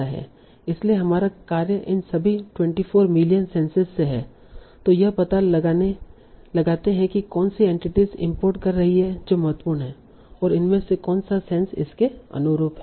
इसलिए हमारा कार्य इन सभी 24 मिलियन सेंसेस से है जो यह पता लगाते हैं कि कौन सी एंटिटीस इम्पोर्ट कर रही हैं जो महत्वपूर्ण हैं और इनमें से कौन सा सेंस इसके अनुरूप है